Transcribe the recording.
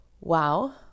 wow